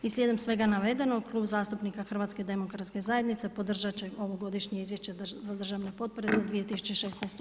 I slijedom svega navedenog Klub zastupnika HDZ-a podržat će ovogodišnje izvješće za državne potpore za 2016. godinu.